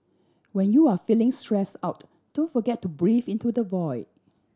when you are feeling stress out don't forget to breathe into the void